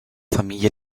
famiglia